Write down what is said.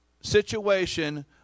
situation